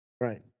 Right